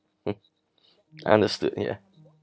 hmm understood ya